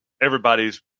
everybody's